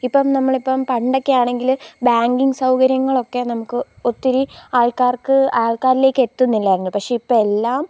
ഇപ്പം നമ്മളിപ്പം പണ്ടൊക്കെ ആണെങ്കിൽ ബാങ്കിങ്ങ് സൗകര്യങ്ങളൊക്കെ നമുക്ക് ഒത്തിരി ആൾക്കാർക്ക് ആൾക്കാരിലേക്കെത്തുന്നില്ലായിരുന്നു പക്ഷെ ഇപ്പോൾ എല്ലാം